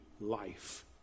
life